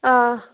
آ